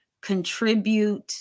contribute